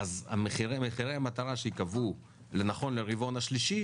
אז מחירי המטרה שייקבעו לרבעון השלישי